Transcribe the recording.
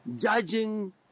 judging